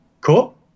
cool